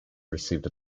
received